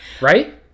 right